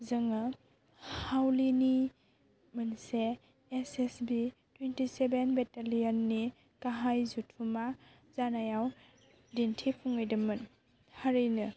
जोङो हावलिनि मोनसे एस एस बि टुवेन्टिसेभेन बेटेलियननि गाहाय जुथुम्मा जानायाव दिन्थिफुंहैदोंमोन थारैनो